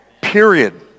Period